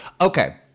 Okay